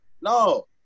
No